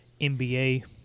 NBA